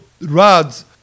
rods